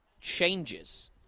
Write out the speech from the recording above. changes